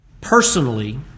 personally